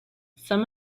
some